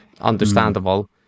understandable